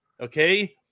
Okay